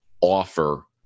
offer